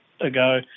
ago